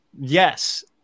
Yes